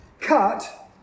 cut